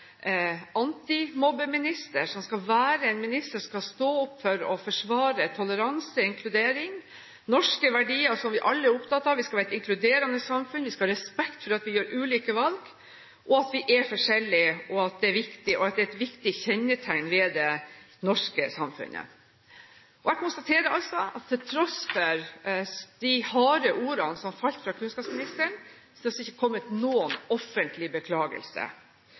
antimobbeminister, skal være en minister som skal stå opp for å forsvare toleranse og inkludering – norske verdier vi alle er opptatt av. Vi skal være et inkluderende samfunn, vi skal ha respekt for at vi gjør ulike valg, at vi er forskjellige, og at det er et viktig kjennetegn ved det norske samfunnet. Jeg konstaterer også at til tross for de harde ordene som falt fra kunnskapsministeren, er det ikke kommet noen offentlig beklagelse.